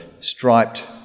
striped